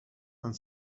and